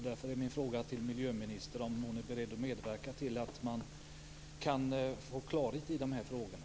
Därför är min fråga till miljöministern om hon är beredd att medverka till att man kan få klarhet i dessa frågor.